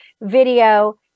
video